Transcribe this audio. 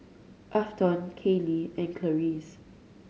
Afton Kailey and Clarice